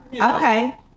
Okay